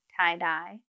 tie-dye